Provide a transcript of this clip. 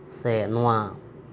ᱥᱮ ᱱᱚᱶᱟ